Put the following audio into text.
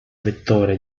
vettore